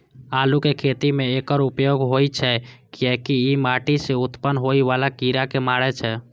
आलूक खेती मे एकर उपयोग होइ छै, कियैकि ई माटि सं उत्पन्न होइ बला कीड़ा कें मारै छै